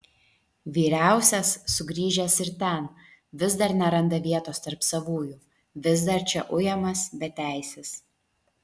vyriausias sugrįžęs ir ten vis dar neranda vietos tarp savųjų vis dar čia ujamas beteisis